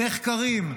נחקרים,